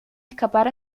escapar